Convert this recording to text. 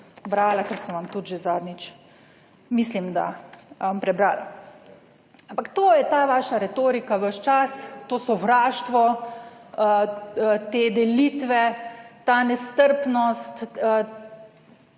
ker sem vam tudi že zadnjič, mislim, da prebrala. Ampak to je ta vaša retorika ves čas, to sovraštvo, te delitve, ta nestrpnost,